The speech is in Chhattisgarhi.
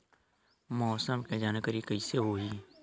मौसम के जानकारी कइसे होही?